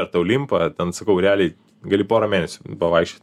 ar tau limpa ar ten sakau realiai gali porą mėnesių pavaikščiot